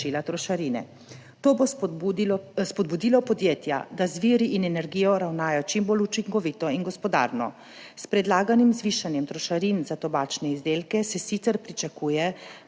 trošarine. To bo spodbudilo podjetja, da z viri in energijo ravnajo čim bolj učinkovito in gospodarno. S predlaganim zvišanjem trošarin za tobačne izdelke se sicer pričakuje